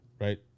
right